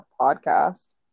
podcast